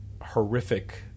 horrific